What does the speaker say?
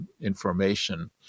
information